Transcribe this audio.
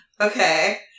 okay